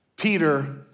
Peter